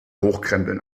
hochkrempeln